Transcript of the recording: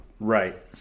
Right